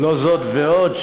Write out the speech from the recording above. זאת ועוד,